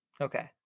Okay